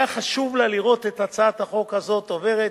והיה חשוב לה לראות את הצעת החוק הזאת עוברת.